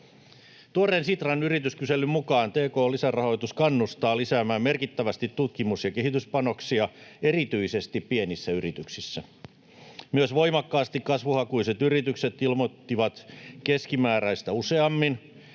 Tuoreen Sitran yrityskyselyn mukaan tk-lisärahoitus kannustaa lisäämään merkittävästi tutkimus- ja kehityspanoksia erityisesti pienissä yrityksissä. Myös voimakkaasti kasvuhakuiset yritykset ilmoittivat keskimääräistä useammin,